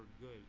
good